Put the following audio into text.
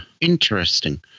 interesting